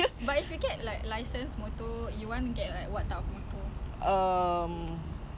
okay ah at least she got license eh very shiok sia actually once you get license just relax only